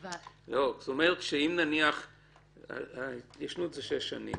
זאת אומרת שאם התיישנות זה שש שנים,